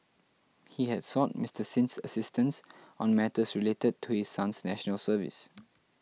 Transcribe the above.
he had sought Mister Sin's assistance on matters related to his son's National Service